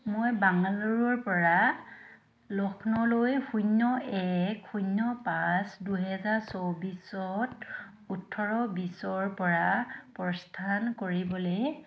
মই বাংগালোৰৰ পৰা লক্ষ্ণৌলৈ শূন্য এক শূন্য পাঁচ দুহেজাৰ চৌব্বিছত ওঠৰ বিছৰ পৰা প্ৰস্থান কৰিবলৈ